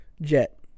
jet